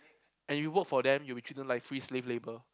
and you work for them you will be treated like free slave labor